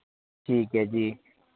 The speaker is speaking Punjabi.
ਠੀਕ ਹੈ ਜੀ